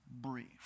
brief